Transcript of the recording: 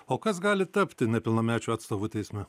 o kas gali tapti nepilnamečio atstovu teisme